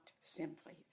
simply